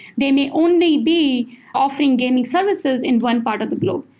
they may only be offering gaming services in one part of the globe.